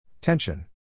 Tension